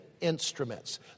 instruments